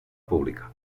pública